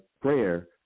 prayer